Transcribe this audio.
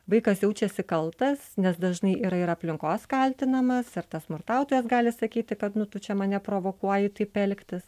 vaikas jaučiasi kaltas nes dažnai yra ir aplinkos kaltinamas ir tas smurtautojas gali sakyti kad nu tu čia mane provokuoji taip elgtis